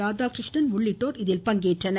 ராதாகிருஷ்ணன் உள்ளிட்டோர் இதில் பங்கேற்றனர்